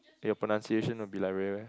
your pronunciation a bit like very